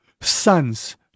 sons